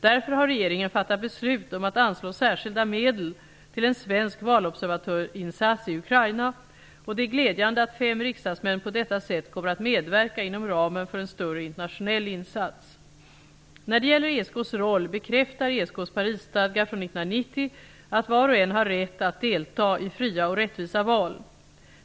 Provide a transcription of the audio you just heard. Därför har regeringen fattat beslut om att anslå särskilda medel till en svensk valobservatörsinsats i Ukraina, och det är glädjande att fem riksdagsmän på detta sätt kommer att medverka inom ramen för en större internationell insats. När det gäller ESK:s roll bekräftar ESK:s Parisstadga från 1990 att var och en har rätt att delta i fria och rättvisa val.